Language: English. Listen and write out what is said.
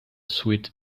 sweet